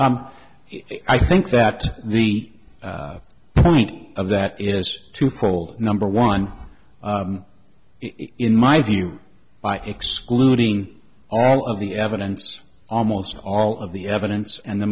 i'm i think that the point of that is to poll number one in my view by excluding all of the evidence almost all of the evidence and the